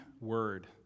word